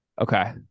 Okay